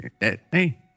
Hey